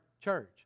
church